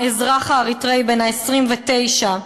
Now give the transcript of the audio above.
האזרח האריתריאי בן ה-29,